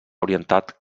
orientat